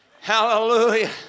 Hallelujah